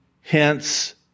hence